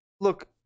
look